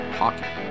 hockey